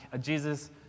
Jesus